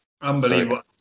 Unbelievable